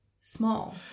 small